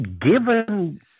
given